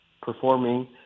performing